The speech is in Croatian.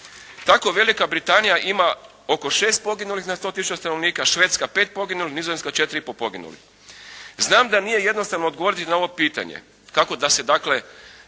Tako Velika Britanija ima oko 6 poginulih na 100 tisuća stanovnika, Švedska 5 poginulih, Nizozemska 4,5 poginulih. Znam da nije jednostavno odgovoriti na ovo pitanje kako se dakle